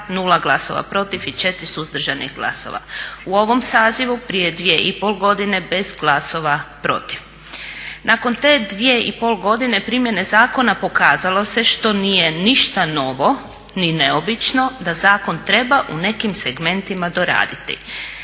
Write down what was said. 0 glasova protiv i 4 suzdržanih glasova u ovom sazivu prije 2,5 godine bez glasova protiv. Nakon te 2,5 godine primjene zakona pokazalo se, što nije ništa novo ni neobično, da zakon treba u nekim segmentima doraditi.